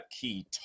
key